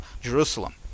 Jerusalem